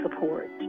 support